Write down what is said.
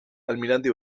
almirante